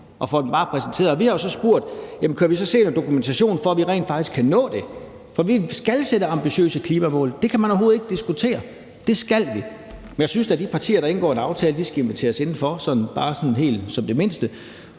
får den præsenteret. Vi har spurgt: Jamen kan vi så se noget dokumentation for, at vi rent faktisk kan nå det? For vi skal sætte ambitiøse klimamål, det kan man overhovedet ikke diskutere. Det skal vi, men jeg synes da, at de partier, der indgår en aftale, bare som det mindste